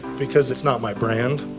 because it's not my brand,